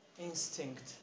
Instinct